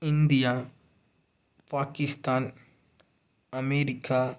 India Pakistan America